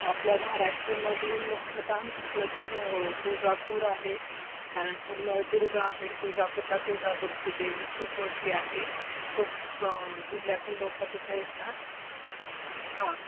आपल्या धाराशिवमध्ये मुख्यतः म्हटलं तर तुळजापूर आहे त्यानंतर नळदुर्ग आहे तुळजापूरला तुळजापूरची देवी खूप मोठी आहे खूप जिल्ह्यातून लोक तिथे येतात हां